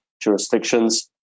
jurisdictions